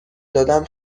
دادم